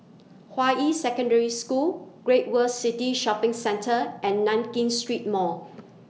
Hua Yi Secondary School Great World City Shopping Centre and Nankin Street Mall